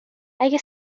اگه